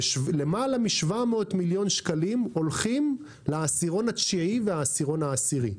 ולמעלה מ-700 מיליון שקלים הולכים לעשירון התשיעי ולעשירון העשירי.